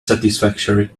satisfactory